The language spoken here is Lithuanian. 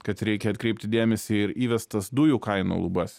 kad reikia atkreipti dėmesį ir įvestas dujų kainų lubas